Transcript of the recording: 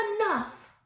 enough